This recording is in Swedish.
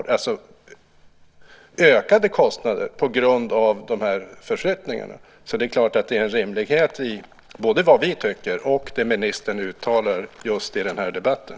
Det är alltså ökningen av kostnader på grund av förflyttningar. Det är klart att det finns en rimlighet i vad vi tycker och det ministern uttalar just i den här debatten.